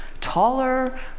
taller